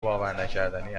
باورنکردنی